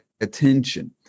attention